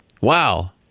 Wow